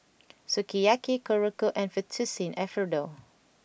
Sukiyaki Korokke and Fettuccine Alfredo